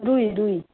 रुई रुई